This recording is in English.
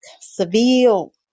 Seville